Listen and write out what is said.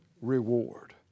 reward